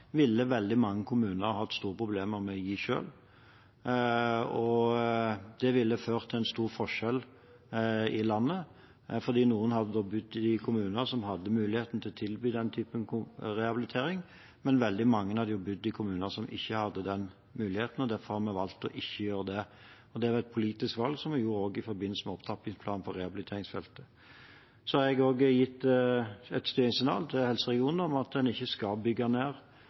ville veldig mange kommuner hatt store problemer med å gi selv. Det ville ført til stor forskjell i landet, fordi noen da hadde bodd i kommuner som hadde hatt muligheten til å tilby den typen rehabilitering, mens veldig mange hadde bodd i kommuner som ikke hadde hatt den muligheten. Derfor har vi valgt ikke å gjøre det. Det er et politisk valg vi også gjorde i forbindelse med opptrappingsplanen for rehabiliteringsfeltet. Jeg har også gitt et styringssignal til helseregionene om at en ikke skal bygge ned